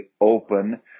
open